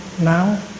now